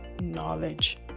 knowledge